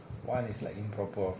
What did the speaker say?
what is improper office hello